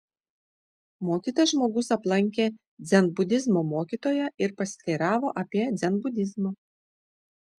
mokytas žmogus aplankė dzenbudizmo mokytoją ir pasiteiravo apie dzenbudizmą